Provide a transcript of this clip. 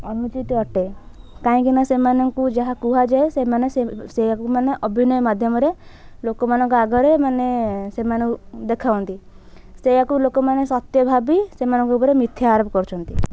ଅନୁଚିତ୍ ଅଟେ କାହିଁକି ନା ସେମାନଙ୍କୁ ଯାହା କୁହାଯାଏ ସେମାନେ ସେହି ସେଇଆକୁ ମାନେ ଅଭିନୟ ମାଧ୍ୟମରେ ଲୋକମାନଙ୍କ ଆଗରେ ମାନେ ସେମାନେ ଦେଖାଓନ୍ତି ସେଇଆକୁ ଲୋକମାନେ ସତ୍ୟ ଭାବି ସେମାନଙ୍କ ଉପରେ ମିଥ୍ୟା ଆରୋପ କରୁଛନ୍ତି